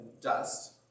dust